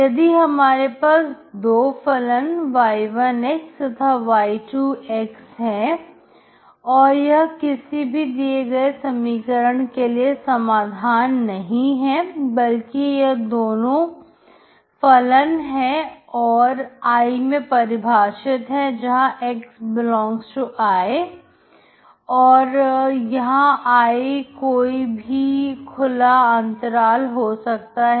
यदि हमारे पास दो फलन y1 तथा y2 है और यह किसी भी दिए गए समीकरण के लिए समाधान नहीं है बल्कि यह दोनों दो फलन है और I मैं परिभाषित है जहां x∈I और I यहां पर कोई भी खुला अंतराल हो सकता है